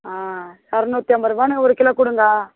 ஆ இரநூத்தி ஐம்பதுரூவான்னு ஒரு கிலோ கொடுங்க